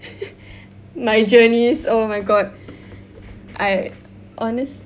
my journeys oh my god I honest~